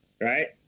right